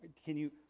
can you.